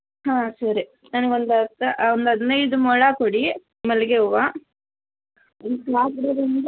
ಹಾಂ ಸರಿ ನನಗೊಂದು ಹತ್ತು ಒಂದು ಹದಿನೈದು ಮೊಳ ಕೊಡಿ ಮಲ್ಲಿಗೆ ಹೂವು ಒಂದು ಕಾಕಡ ಬಂದು